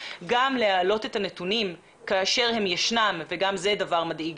כדי לראות מי החשופים לעשן סביבתי ולדווח להורים על